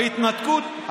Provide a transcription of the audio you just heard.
בהתנתקות,